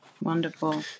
Wonderful